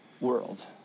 world